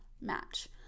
match